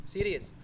Serious